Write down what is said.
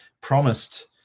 promised